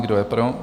Kdo je pro?